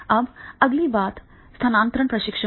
अब अगली बात स्थानांतरण प्रशिक्षण है